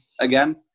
again